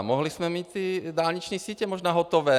Mohli jsme mít dálniční sítě možná hotové!